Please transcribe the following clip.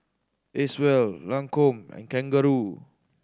Acwell Lancome and Kangaroo